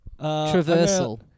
traversal